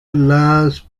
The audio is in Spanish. las